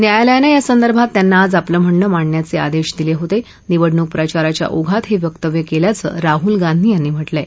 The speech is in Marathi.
न्यायालयानं यासंदर्भात त्यांना आज आपलं म्हणणं मांडण्याच आदधादिलहित निवडणूक प्रचाराच्या ओघात हक्किव्य कव्याचं राहूल गांधी यांनी म्हटलंय